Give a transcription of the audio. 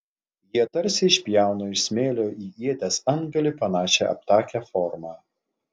jie tarsi išpjauna iš smėlio į ieties antgalį panašią aptakią formą